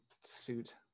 suit